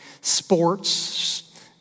Sports